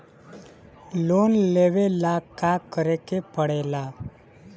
Loan लेबे ला का करे के पड़े ला?